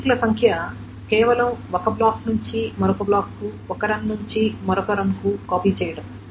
seek ల సంఖ్య కేవలం ఒక బ్లాక్ నుండి మరొక బ్లాక్కు ఒక రన్ నుండి మరొక రన్కు కాపీ చేయడం